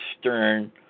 Stern